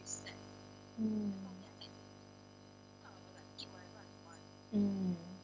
mm mm